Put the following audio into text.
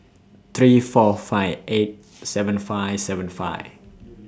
three four five eight seven five seven five